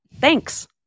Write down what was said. Thanks